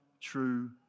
true